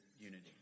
unity